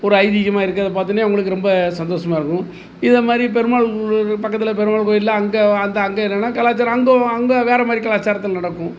ஒரு ஐதீகமாக இருக்கிறது பாத்தவொன்னே அவங்களுக்கு ரொம்ப சந்தோசமா இருக்கும் இதை மாதிரி பெருமாள் கும்புறவங்க பக்கத்தில் பெருமாள் கோவில்ல அங்கே அந்த அங்கே என்னென்னா கலாச்சாரம் அங்கே ஓ அங்கே வேறே மாதிரி கலாச்சாரத்தில நடக்கும்